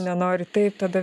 nenori taip tada